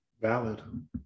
valid